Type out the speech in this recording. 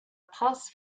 pass